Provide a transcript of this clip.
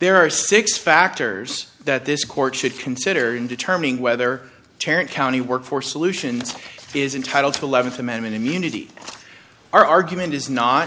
there are six factors that this court should consider in determining whether parent county workforce solutions is entitled to th amendment immunity our argument is not